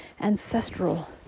ancestral